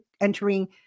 entering